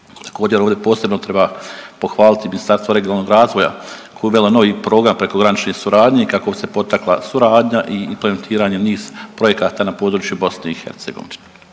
Također ovdje posebno treba pohvaliti Ministarstvo regionalnog razvoja koje je uvelo novi program prekogranične suradnje kako bi se potakla suradnja i implementiranje niz projekata na području BiH.